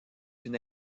une